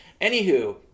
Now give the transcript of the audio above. Anywho